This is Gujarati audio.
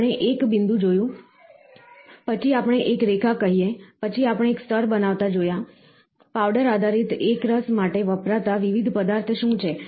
આપણે એક બિંદુ જોયું પછી આપણે એક રેખા કહીએ પછી આપણે એક સ્તર બનાવતા જોયા પાવડર આધારિત એકરસ માટે વપરાતા વિવિધ પદાર્થ શું છે